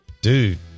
Dude